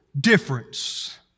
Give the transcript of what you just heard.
difference